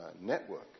network